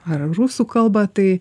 ar rusų kalbą tai